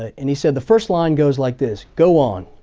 ah and he said, the first line goes like this. go on.